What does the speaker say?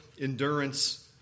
endurance